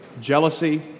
Jealousy